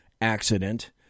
accident